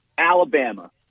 Alabama